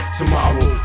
tomorrow